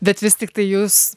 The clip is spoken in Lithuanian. bet vis tiktai jus